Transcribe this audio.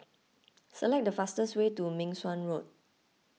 select the fastest way to Meng Suan Road